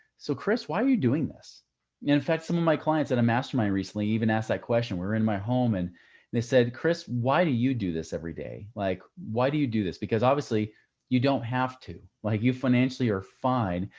so chris, why are you doing this? and in fact, some of my clients at a mastermind recently even asked that question were in my home and they said, chris, why do you do this every day? like, why do you do this? because obviously you don't have to, like, you financially are fine.